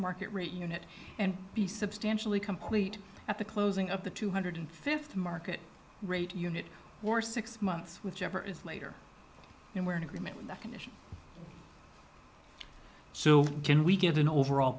market rate unit and be substantially complete at the closing of the two hundred fifty market rate unit for six months which ever is later and we're in agreement with that condition so can we get an overall